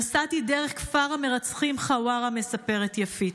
נסעתי דרך כפר המרצחים חווארה, מספרת יפית.